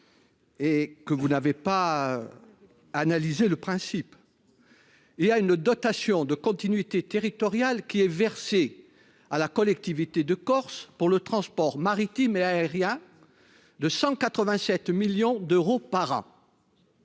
Et que vous n'avez pas analyser le principe. Il y a une dotation de continuité territoriale qui est versée à la collectivité de Corse pour le transport maritime et aérien de 187 millions d'euros par an.